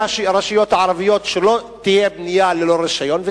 הרשויות הערביות שלא תהיה בנייה ללא רשיון.